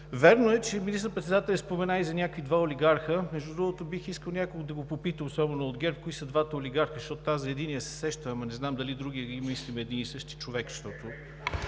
Вярно е, че министър-председателят спомена и за някакви двама олигарси – между другото, бих искал някой да го попита, особено от ГЕРБ, кои са двамата олигарси, защото аз за единия се сещам, но не знам дали за другия мислим един и същи човек.